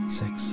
six